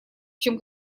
чем